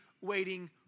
waiting